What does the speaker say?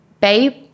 babe